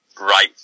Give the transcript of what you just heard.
right